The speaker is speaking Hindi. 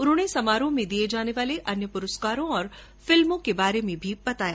उन्होंने समारोह में दिए जाने वाले अन्य पुरस्कारों और फिल्मों के बारे में भी बताया